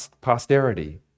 posterity